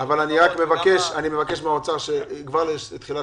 שדבר כזה בוועדת